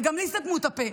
וגם לי סתמו את הפה,